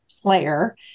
player